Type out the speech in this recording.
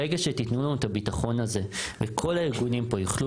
ברגע שתתנו לנו את הבטחון הזה וכל הארגונים פה יוכלו